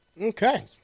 Okay